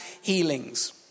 healings